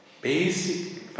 Basic